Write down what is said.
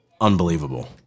Unbelievable